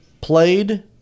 played